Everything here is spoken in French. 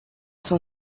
son